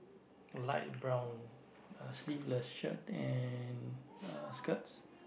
light brown uh sleeveless shirt and uh skirts